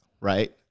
right